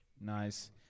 Nice